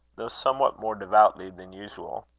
though somewhat more devoutly than usual.